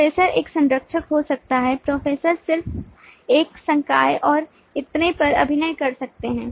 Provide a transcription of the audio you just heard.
professor एक संरक्षक हो सकता है प्रोफेसर सिर्फ एक संकाय और इतने पर अभिनय कर सकते हैं